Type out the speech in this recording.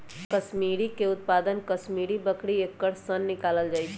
कस्मिरीके उत्पादन कस्मिरि बकरी एकर सन निकालल जाइ छै